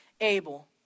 able